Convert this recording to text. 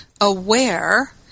aware